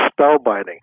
spellbinding